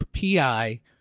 PI